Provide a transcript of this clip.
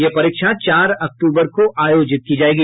यह परीक्षा चार अक्टूबर को आयोजित की जायेगी